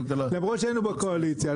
למרות שהיינו בקואליציה,